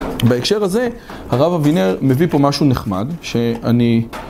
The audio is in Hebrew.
בהקשר הזה, הרב אבינר מביא פה משהו נחמד שאני...